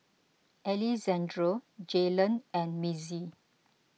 Alejandro Jaylan and Mitzi